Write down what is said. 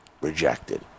Rejected